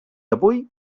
avui